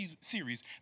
series